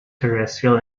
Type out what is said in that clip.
terrestrial